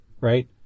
right